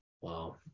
Wow